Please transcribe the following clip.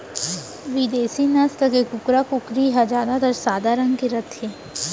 बिदेसी नसल के कुकरा, कुकरी ह जादातर सादा रंग के रथे